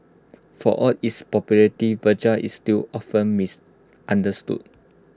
for all its popularity Viagra is still often misunderstood